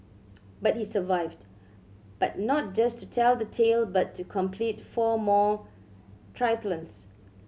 but he survived but not just to tell the tale but to complete four more triathlons